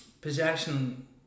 Possession